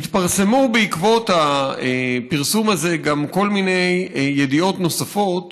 בעקבות הפרסום הזה התפרסמו כל מיני ידיעות נוספות